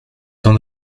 temps